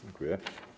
Dziękuję.